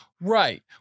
Right